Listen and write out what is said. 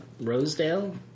Rosedale